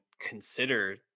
consider